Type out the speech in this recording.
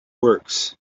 works